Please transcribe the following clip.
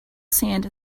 sand